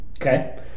okay